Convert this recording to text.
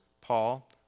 Paul